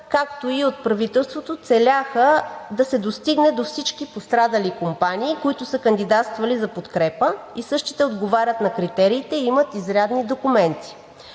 както и от правителството, целяха да се достигне до всички пострадали компании, които са кандидатствали за подкрепа, и същите отговарят на критериите и имат изрядни документи.